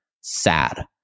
SAD